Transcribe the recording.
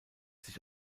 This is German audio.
sich